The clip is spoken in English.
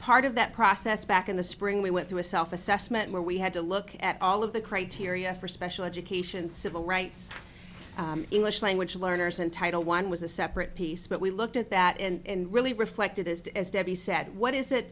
part of that process back in the spring we went through a self assessment where we had to look at all of the criteria for special education civil rights english language learners and title one was a separate piece but we looked at that and really reflected as debbie said what is it